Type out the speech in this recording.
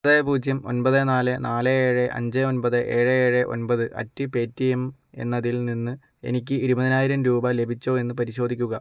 ഒൻപത് പൂജ്യം ഒൻപത് നാല് നാല് ഏഴ് അഞ്ച് ഒൻപത് ഏഴ് ഏഴ് ഒൻപത് അറ്റ് പേ ടി എം എന്നതിൽ നിന്ന് എനിക്ക് ഇരുപതിനായിരം രൂപ ലഭിച്ചോ എന്ന് പരിശോധിക്കുക